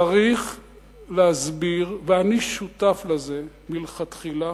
צריך להסביר, ואני שותף לזה מלכתחילה,